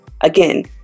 Again